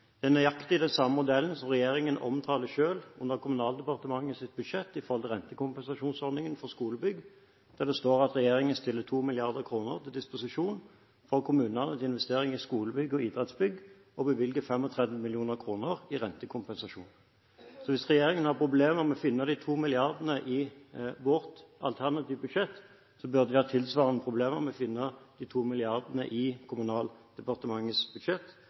Det er nøyaktig den samme modellen som regjeringen selv omtaler under Kommunal- og regionaldepartementets budsjett som en rentekompensasjonsordning for skolebygg. Det står at regjeringen stiller 2 mrd. kr til disposisjon for kommunene til investeringer i skolebygg og idrettsbygg, og bevilger 35 mill. kr i rentekompensasjon. Så hvis regjeringen har problemer med å finne de 2 milliardene i vårt alternative budsjett, burde de ha tilsvarende problemer med å finne de 2 milliardene i Kommunal- og regionaldepartementets budsjett,